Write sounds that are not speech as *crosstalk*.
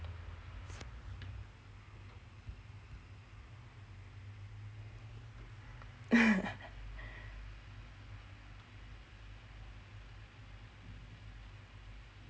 *laughs*